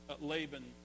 Laban